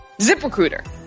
Ziprecruiter